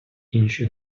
інші